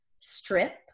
strip